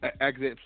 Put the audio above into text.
exit